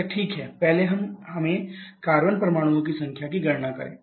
या ठीक है पहले हमें कार्बन परमाणुओं की संख्या की गणना करें